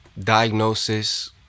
diagnosis